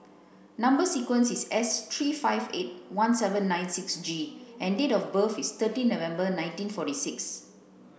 number sequence is S three five eight one seven nine six G and date of birth is thirteen November nineteen forty six